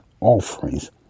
offerings